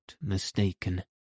mistaken